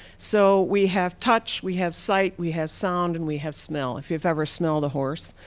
so we have touch, we have sight, we have sound and we have smell. if you've ever smelled a horse,